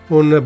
un